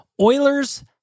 Oilers